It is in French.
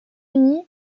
unis